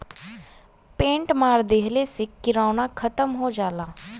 paint मार देहले से किरौना खतम हो जाला